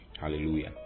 Hallelujah